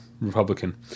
Republican